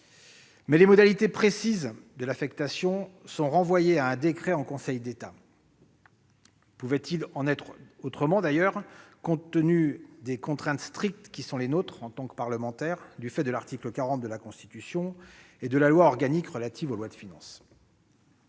Mais les modalités précises de l'affectation sont renvoyées à un décret en Conseil d'État ... Pouvait-il en être autrement, compte tenu des contraintes strictes qui sont les nôtres en tant que parlementaires, du fait de l'article 40 de la Constitution et des dispositions de la loi organique relative aux lois de finances ?